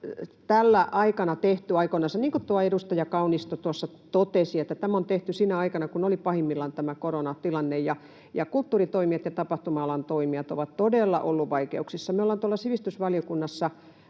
tämä on tehty, niin kuin edustaja Kaunisto totesi, sinä aikana, kun oli pahimmillaan tämä koronatilanne, ja kulttuuritoimijat ja tapahtuma-alan toimijat ovat todella olleet vaikeuksissa. Me ollaan sivistysvaliokunnassa